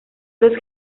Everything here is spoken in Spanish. los